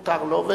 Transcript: מותר לו.